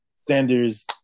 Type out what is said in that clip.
Sanders